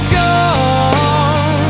gone